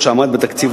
אף שעמד בתקציב,